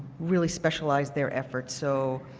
really specialize their efforts. so